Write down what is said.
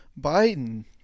Biden